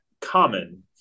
common